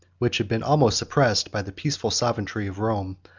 which had been almost suppressed by the peaceful sovereignty of rome,